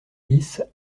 dix